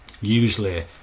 usually